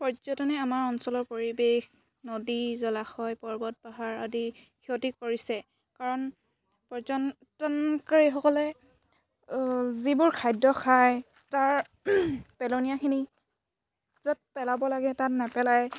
পৰ্যটনে আমাৰ অঞ্চলৰ পৰিৱেশ নদী জলাশয় পৰ্বত পাহাৰ আদি ক্ষতি কৰিছে কাৰণ পৰ্যটনকাৰীসকলে যিবোৰ খাদ্য খায় তাৰ পেলনীয়াখিনি য'ত পেলাব লাগে তাত নেপেলাই